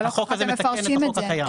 החוק הזה מתקן את החוק הקיים.